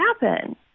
happen